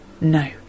No